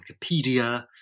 Wikipedia